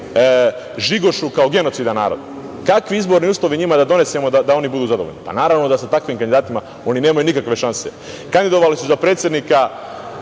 žigošu kao genocidan narod? Kakve izborne uslove njima da donesemo da oni budu zadovoljni? Pa naravno da sa takvim kandidatima oni nemaju nikakve šanse. Kandidovali su za predsednika